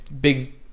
big